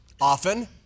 often